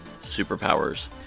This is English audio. superpowers